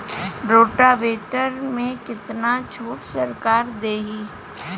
Rotavator में कितना छूट सरकार देही?